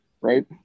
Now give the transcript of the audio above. right